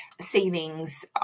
savings